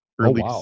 early